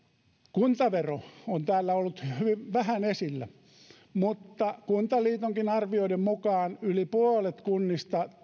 kuntavero on täällä ollut hyvin vähän esillä mutta kuntaliitonkin arvioiden mukaan yli puolet kunnista